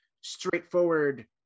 straightforward